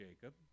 Jacob